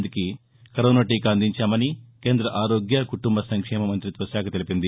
మందికి కరోనా టీకా అందించామని కేంద్ర ఆరోగ్య కుటంబ సంక్షేమ మంతిత్వశాఖ తెలిపింది